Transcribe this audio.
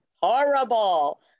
horrible